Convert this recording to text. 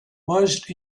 merged